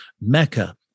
Mecca